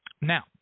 now